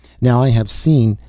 now i have seen.